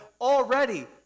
already